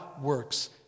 works